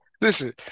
Listen